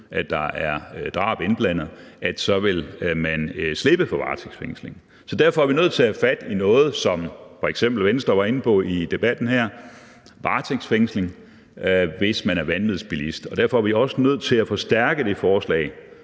at der er drab indblandet – at man vil slippe for varetægtsfængsling. Så derfor er vi nødt til at have fat i noget, som f.eks. Venstre var inde på i debatten her: varetægtsfængsling, hvis man er vanvidsbilist. Og derfor er vi også nødt til at forstærke det forslag,